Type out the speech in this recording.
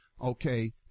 okay